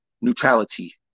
neutrality